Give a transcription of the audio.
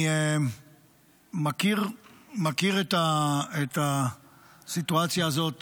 אני מכיר את הסיטואציה הזאת